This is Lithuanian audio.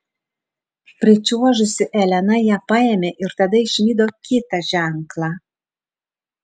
pričiuožusi elena ją paėmė ir tada išvydo kitą ženklą